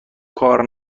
کار